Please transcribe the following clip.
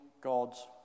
God's